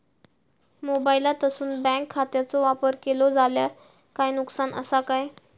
मोबाईलातसून बँक खात्याचो वापर केलो जाल्या काय नुकसान असा काय?